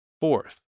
Fourth